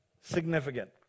significant